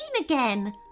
again